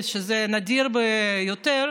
וזה נדיר ביותר,